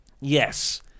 Yes